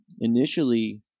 Initially